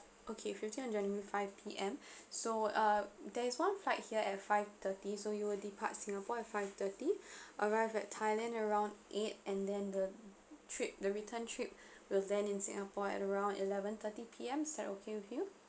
okay fifteenth of january five P_M so uh there's one flight here at five thirty so you will depart singapore at five thirty arrive at thailand around eight and then the trip the return trip will land in singapore at around eleven thirty P_M is that okay with you